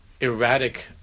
erratic